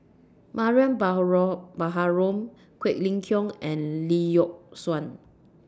Mariam Baharom Quek Ling Kiong and Lee Yock Suan